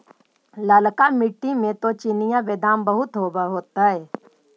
ललका मिट्टी मे तो चिनिआबेदमां बहुते होब होतय?